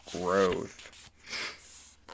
growth